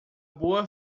boa